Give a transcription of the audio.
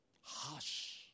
hush